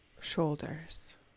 Shoulders